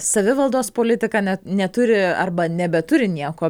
savivaldos politika net neturi arba nebeturi nieko